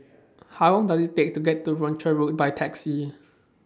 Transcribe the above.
How Long Does IT Take to get to Rochor Road By Taxi